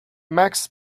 max